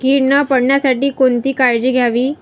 कीड न पडण्यासाठी कोणती काळजी घ्यावी?